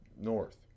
north